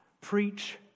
Preach